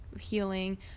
healing